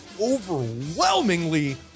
overwhelmingly